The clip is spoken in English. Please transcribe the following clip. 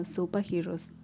Superheroes